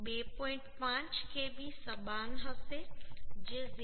5 kb સમાન હશે જે 0